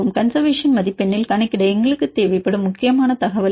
conservation மதிப்பெண்ணில் கணக்கிட எங்களுக்குத் தேவைப்படும் முக்கிய தகவல் என்ன